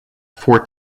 fort